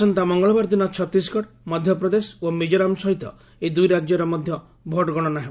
ଆସନ୍ତା ମଙ୍ଗଳବାର ଦିନ ଛତିଶଗଡ଼ ମଧ୍ୟପ୍ରଦେଶ ଓ ମିକୋରାମ ସହିତ ଏହି ଦୁଇ ରାଜ୍ୟର ମଧ୍ୟ ଭୋଟ୍ ଗଣନା ହେବ